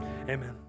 Amen